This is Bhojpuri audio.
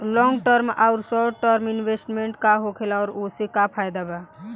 लॉन्ग टर्म आउर शॉर्ट टर्म इन्वेस्टमेंट का होखेला और ओसे का फायदा बा?